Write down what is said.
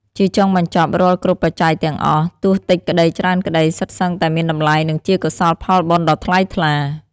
ជាចុងបញ្ចប់រាល់គ្រប់បច្ច័យទាំងអស់ ទោះតិចក្ដីច្រើនក្ដី សុទ្ធសឹងតែមានតម្លៃ និងជាកុសលផលបុណ្យដ៏ថ្លៃថ្លា។